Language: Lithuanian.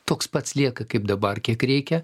toks pats lieka kaip dabar kiek reikia